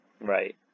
Right